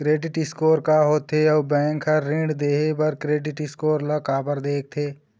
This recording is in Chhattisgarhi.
क्रेडिट स्कोर का होथे अउ बैंक हर ऋण देहे बार क्रेडिट स्कोर ला काबर देखते?